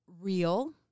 real